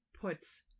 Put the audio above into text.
puts